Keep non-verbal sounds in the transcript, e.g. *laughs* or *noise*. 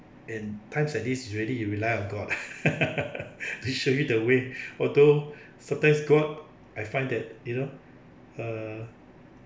in times like these really you rely on god *laughs* he'll show you the way although sometimes god I find that you know uh